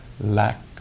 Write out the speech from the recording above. lack